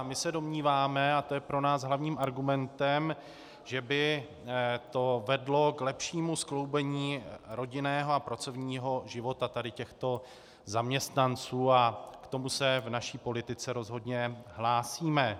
My se domníváme, a to je pro nás hlavním argumentem, že by to vedlo k lepšímu skloubení rodinného a pracovního života těchto zaměstnanců, a k tomu se v naší politice rozhodně hlásíme.